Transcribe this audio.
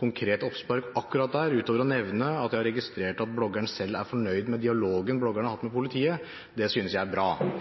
konkret oppspark akkurat der utover å nevne at jeg har registrert at bloggeren selv er fornøyd med dialogen hun har hatt med politiet. Det synes jeg er bra.